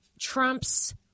Trump's